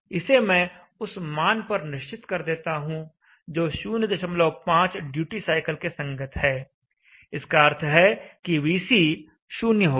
इसे मैं उस मान पर निश्चित कर देता हूं जो 05 ड्यूटी साइकिल के संगत है इसका अर्थ है कि VC 0 होगा